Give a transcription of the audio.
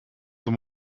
them